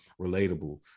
relatable